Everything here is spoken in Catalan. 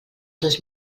dos